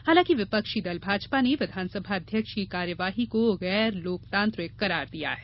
हालांकि विपक्षी दल भाजपा ने विधानसभा अध्यक्ष की कार्यवाही को गैर लोकतांत्रिक करार दिया है